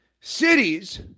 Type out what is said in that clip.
cities